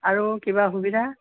আৰু কিবা সুবিধা